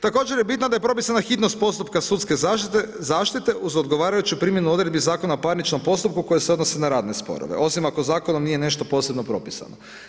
Također je bitno da je propisana hitnost postupka sudske zaštite uz odgovarajuću primjenu odredbi Zakona o parničnom postupku koje se odnose na radne sporove osim ako zakonom nije nešto posebno propisano.